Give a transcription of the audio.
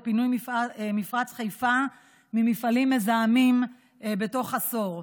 פינוי מפרץ חיפה ממפעלים מזהמים בתוך עשור.